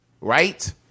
Right